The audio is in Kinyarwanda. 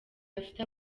afite